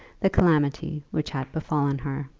the calamity which had befallen her.